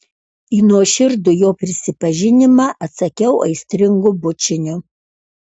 į nuoširdų jo prisipažinimą atsakiau aistringu bučiniu